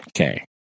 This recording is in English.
Okay